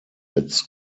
its